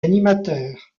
animateurs